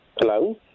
Hello